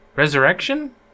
resurrection